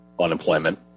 unemployment